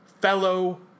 fellow